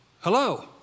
Hello